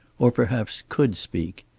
or perhaps, could speak.